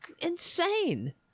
insane